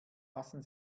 passen